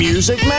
Music